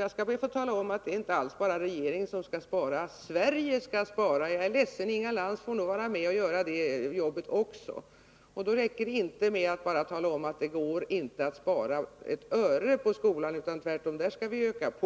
Jag skall be att få tala om att det inte bara är regeringen som skall spara. Det är Sverige som skall spara. Även Inga Lantz får finna sig i att bidra till detta. Det räcker då inte att bara tala om att det inte går att spara ett öre på skolans område, utan måste öka anslagen